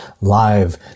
live